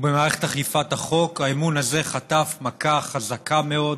ובמערכת אכיפת החוק, האמון הזה חטף מכה חזקה מאוד,